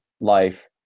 life